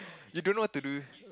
you don't know what to do